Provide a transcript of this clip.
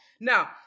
Now